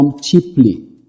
cheaply